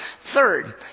Third